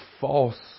false